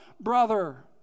brother